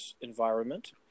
environment